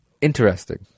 interesting